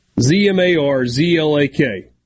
Z-M-A-R-Z-L-A-K